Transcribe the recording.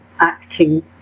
acting